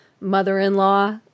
mother-in-law